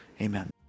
amen